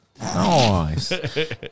Nice